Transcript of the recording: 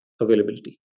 availability